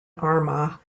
armagh